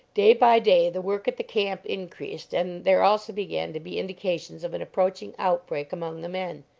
day by day the work at the camp increased, and there also began to be indications of an approaching outbreak among the men.